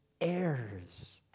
heirs